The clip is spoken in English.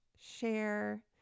share